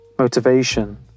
Motivation